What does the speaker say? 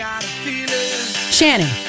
Shannon